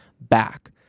back